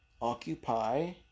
occupy